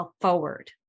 forward